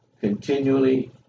continually